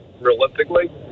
realistically